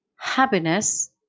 happiness